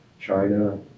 China